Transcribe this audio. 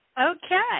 okay